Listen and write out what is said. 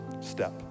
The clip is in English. step